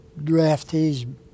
draftees